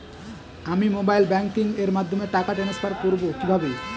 আমি mobile banking এর মাধ্যমে টাকা টান্সফার করব কিভাবে?